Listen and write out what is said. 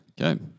Okay